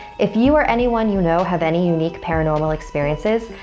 if you or anyone you know have any unique paranormal experiences,